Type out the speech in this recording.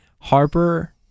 Harper